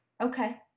okay